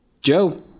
Joe